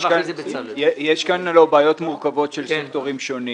יש כאן בעיות מורכבות של סקטורים שונים.